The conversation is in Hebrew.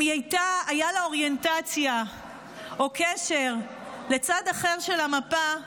אם הייתה לה אוריינטציה או קשר לצד אחר של המפה,